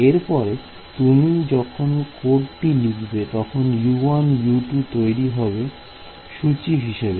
এরপরে তুমি যখন কোডটা লিখবে তখন U1 U2 তৈরি হবে সুচি হিসেবে